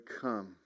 come